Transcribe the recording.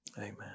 Amen